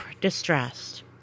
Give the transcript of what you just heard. distressed